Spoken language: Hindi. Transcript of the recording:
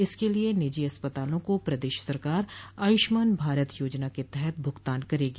इसके लिये निजी अस्पतालों को प्रदेश सरकार आयुष्मान भारत योजना के तहत भुगतान करेगी